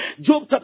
Job